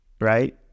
right